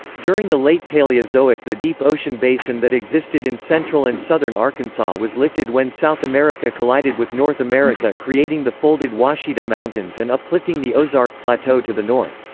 during the late paleozoic the deep ocean basin that existed in central and southern arkansas was lifted when south america collided with north america creating the folded ouachita mountains and uplifting the ozark plateau to the north.